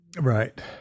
Right